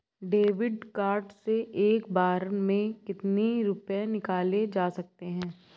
David card से एक बार में कितनी रूपए निकाले जा सकता है?